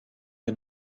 wir